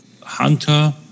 Hunter